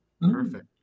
perfect